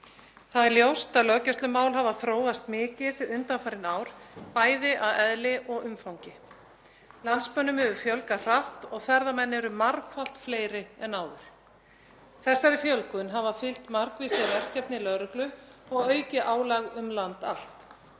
Það er ljóst að löggæslumál hafa þróast mikið undanfarin ár, bæði að eðli og umfangi. Landsmönnum hefur fjölgað hratt og ferðamenn eru margfalt fleiri en áður. Þessari fjölgun hafa fylgt margvísleg verkefni lögreglu og aukið álag um land allt.